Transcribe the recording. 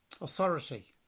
authority